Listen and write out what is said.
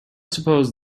suppose